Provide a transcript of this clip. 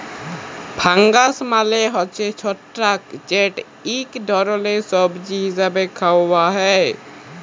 fungus মালে হছে ছত্রাক যেট ইক ধরলের সবজি হিসাবে খাউয়া হ্যয়